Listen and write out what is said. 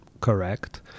correct